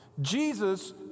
Jesus